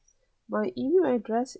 my E-mail address